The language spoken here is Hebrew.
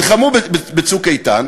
נלחמו ב"צוק איתן",